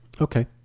okay